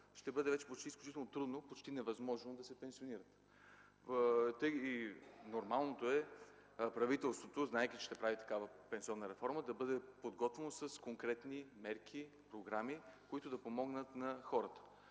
ще бъде вече изключително трудно и почти невъзможно да се пенсионират. Нормално е правителството, знаейки, че ще прави такава пенсионна реформа, да бъде подготвено с конкретни мерки и програми, които да помогнат на хората.